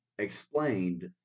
Explained